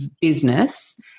business